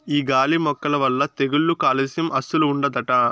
ఈ గాలి మొక్కల వల్ల తెగుళ్ళు కాలుస్యం అస్సలు ఉండదట